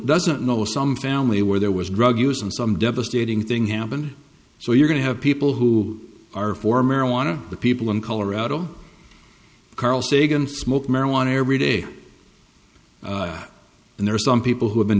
doesn't know some family where there was drug use and some devastating thing happen so you're going to have people who are for marijuana the people in colorado carl sagan smoked marijuana every day and there are some people who have been